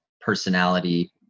personality